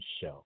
show